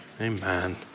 Amen